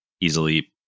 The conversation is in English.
easily